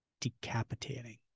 decapitating